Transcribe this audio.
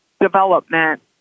development